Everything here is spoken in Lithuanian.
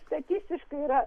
statistiškai yra